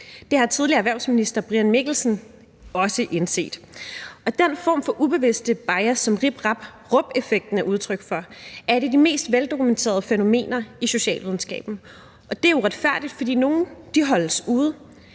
Det har tidligere erhvervsminister Brian Mikkelsen også indset. Og den form for ubevidste bias, som Rip, Rap og Rup-effekten er udtryk for, er et af de mest veldokumenterede fænomener i socialvidenskaben. Det er uretfærdigt, fordi nogle holdes ude